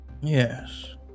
Yes